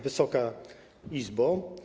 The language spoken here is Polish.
Wysoka Izbo!